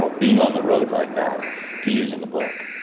ah being on the road like that to use in the book.